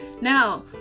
now